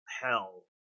hell